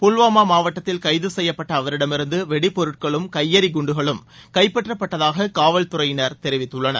புல்வாமா மாவட்டத்தில் கைது செய்யப்பட்ட அவரிடமிருந்து வெடி பொருட்களும் கையெறி குண்டுகளும் கைப்பற்றப்பட்டதாக காவல் துறையினர் தெரிவித்துள்ளனர்